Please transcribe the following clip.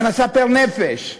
הכנסה פר-נפש,